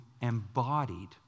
embodied